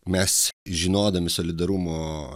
mes žinodami solidarumo